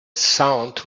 sound